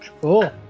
Cool